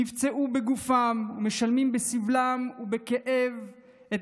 נפצעו בגופם ומשלמים בסבלם ובכאב את